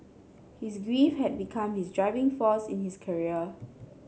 his grief had become his driving force in his career